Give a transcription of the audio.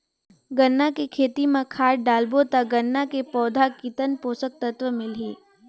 गन्ना के खेती मां खाद डालबो ता गन्ना के पौधा कितन पोषक तत्व मिलही?